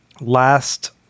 last